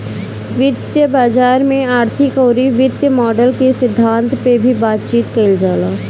वित्तीय बाजार में आर्थिक अउरी वित्तीय मॉडल के सिद्धांत पअ भी बातचीत कईल जाला